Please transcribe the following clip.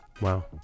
wow